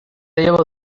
llevo